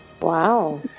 Wow